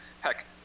Heck